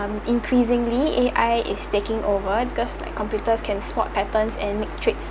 um increasingly A_I is taking over because like computers can spot patterns and metrics